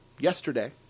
Yesterday